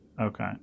Okay